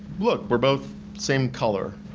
look we're both same color.